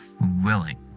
willing